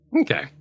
Okay